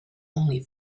only